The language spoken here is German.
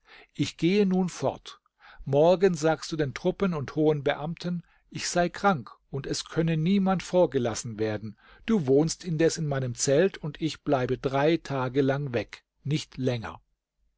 ich gehe nun fort morgen sagst du den truppen und hohen beamten ich sei krank und es könne niemand vorgelassen werden du wohnst indes in meinem zelt und ich bleibe drei tage lang weg nicht länger